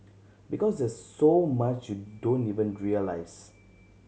because there's so much you don't even realise